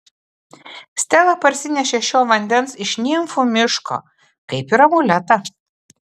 stela parsinešė šio vandens iš nimfų miško kaip ir amuletą